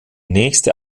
nächste